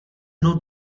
mnou